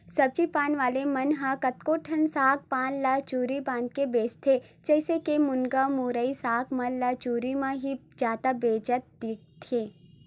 सब्जी पान वाले मन ह कतको ठन साग पान ल जुरी बनाके बेंचथे, जइसे के मुनगा, मुरई, साग मन ल जुरी म ही जादा बेंचत दिखथे